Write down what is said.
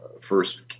first